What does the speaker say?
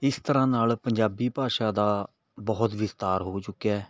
ਇਸ ਤਰ੍ਹਾਂ ਨਾਲ ਪੰਜਾਬੀ ਭਾਸ਼ਾ ਦਾ ਬਹੁਤ ਵਿਸਥਾਰ ਹੋ ਚੁੱਕਿਆ